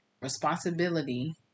responsibility